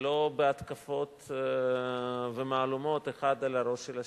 ולא בהתקפות ומהלומות אחד על ראש השני.